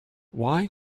why